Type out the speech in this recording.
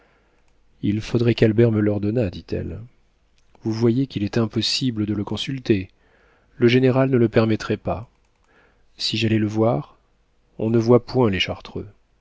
il faudrait qu'albert me l'ordonnât dit-elle vous voyez qu'il est impossible de le consulter le général ne le permettrait pas si j'allais le voir on ne voit point les chartreux